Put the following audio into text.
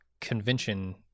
convention